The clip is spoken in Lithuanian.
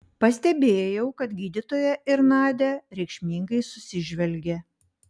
pastebėjau kad gydytoja ir nadia reikšmingai susižvelgė